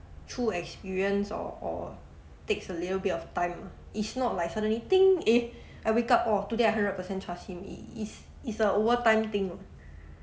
through experience or or takes a little bit of time is not like suddenly eh I wake up orh today I hundred percent trust him i~ it's it's a over time thing